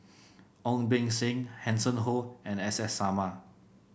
Ong Beng Seng Hanson Ho and S S Sarma